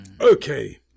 Okay